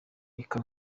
reka